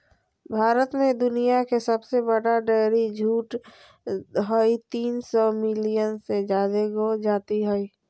भारत में दुनिया के सबसे बड़ा डेयरी झुंड हई, तीन सौ मिलियन से जादे गौ जाती हई